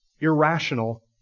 irrational